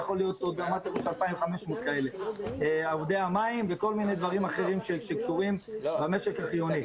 גם עובדי המים וכל מיני דברים אחרים שקשורים במשק החיוני.